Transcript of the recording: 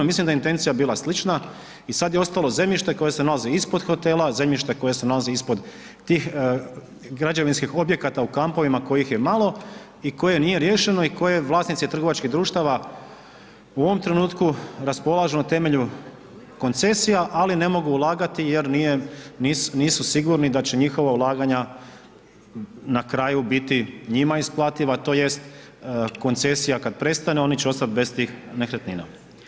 Mislim da je intencija bila slična i sada je ostalo zemljište koje se nalazi ispod hotela, zemljište koje se nalazi ispod tih građevinskih objekata u kampovima kojih je malo i koje nije riješeno i koje vlasnici trgovačkih društava u ovom trenutku raspolažu na temelju koncesija, ali ne mogu ulagati jer nisu sigurni da će njihova ulaganja na kraju biti njima isplativa, tj. koncesija kada prestane oni će ostati bez tih nekretnina.